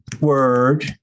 word